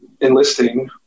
enlisting